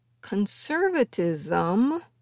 conservatism